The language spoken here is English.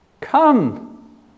Come